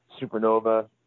Supernova